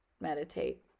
meditate